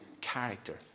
character